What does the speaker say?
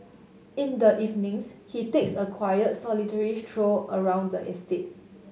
in the evenings he takes a quiet solitary stroll around the estate